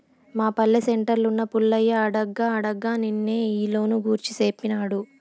మా పల్లె సెంటర్లున్న పుల్లయ్య అడగ్గా అడగ్గా నిన్నే ఈ లోను గూర్చి సేప్పినాడు